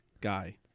guy